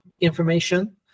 information